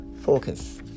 focus